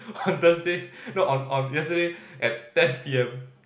on Thursday no on on yesterday at ten p_m